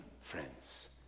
friends